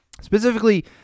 specifically